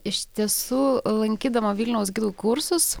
iš tiesų lankydama vilniaus gidų kursus